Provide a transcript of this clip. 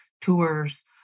tours